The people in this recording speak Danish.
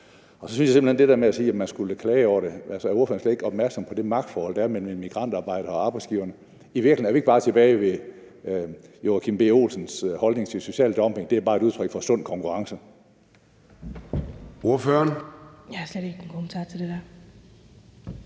I forhold til det der med at sige, at man skulle klage over det, er ordføreren så slet ikke opmærksom på det magtforhold, der er mellem en migrantarbejder og arbejdsgiveren. Er vi i virkeligheden ikke bare tilbage ved Joachim B. Olsens holdning til, at social dumping bare er et udtryk for sund konkurrence.